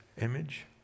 image